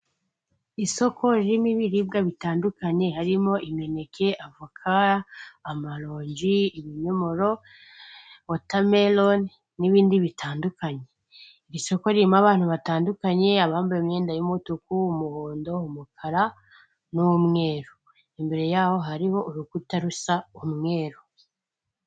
Isoko ririmo ibiribwa bitandukanye harimo imineke, avoka, amaronji, ibinyomoro, wotameroni n'ibindi bitandukanye. Iri soko ririmo abantu batandukanye abambaye imyenda y'umutuku, umuhondo, umukara, n'umweru, imbere yaho hariho urukuta rusa umweru.